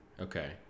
Okay